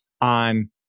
on